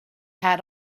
had